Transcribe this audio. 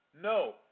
No